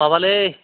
माबालै